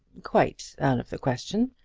quite out of the question.